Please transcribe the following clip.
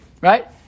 Right